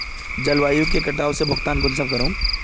जलवायु के कटाव से भुगतान कुंसम करूम?